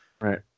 Right